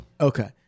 Okay